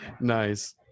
Nice